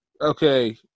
okay